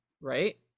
right